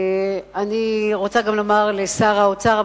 אני רוצה גם לומר לשר האוצר,